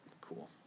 Cool